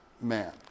man